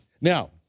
Now